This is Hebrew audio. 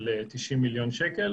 של 90 מיליון שקל,